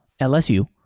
LSU